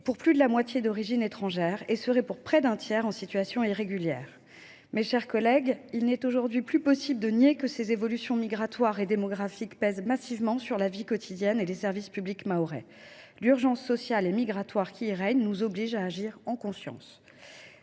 l’archipel sont d’origine étrangère et près d’un tiers d’entre eux seraient en situation irrégulière. Mes chers collègues, il n’est plus possible de nier que ces évolutions migratoires et démographiques pèsent massivement sur la vie quotidienne et les services publics mahorais. L’urgence sociale et migratoire qui règne à Mayotte nous oblige à agir en conscience.